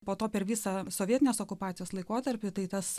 po to per visą sovietinės okupacijos laikotarpį tai tas